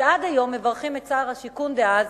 שעד היום מברכים את שר השיכון דאז